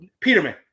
Peterman